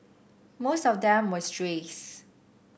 most of them were strays